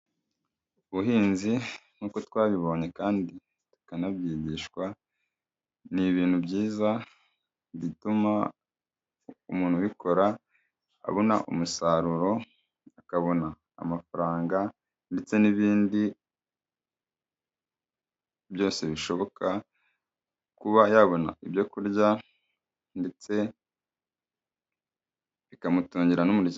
Ubuhinzi nk'uko twabibonye kandi tukanabyigishwa ni ibintu byiza bituma umuntu ubikora abona umusaruro, akabona amafaranga ndetse n'ibindi byose bishoboka kuba yabona ibyoku kurya, ndetse bikamutungira n'umuryango.